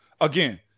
Again